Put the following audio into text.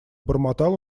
бормотал